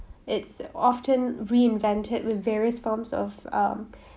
it's often reinvented with various forms of um